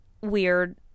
Weird